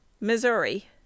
missouri